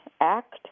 act